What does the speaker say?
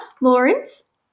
Lawrence